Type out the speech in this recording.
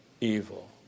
evil